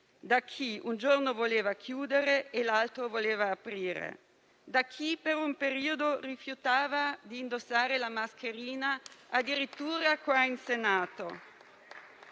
da chi un giorno voleva chiudere e l'altro voleva aprire; da chi per un periodo ha rifiutato di indossare la mascherina, addirittura qui in Senato.